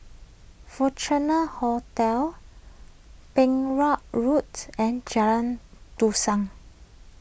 Fortuna Hotel Perak Roads and Jalan Dusun